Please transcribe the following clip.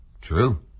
true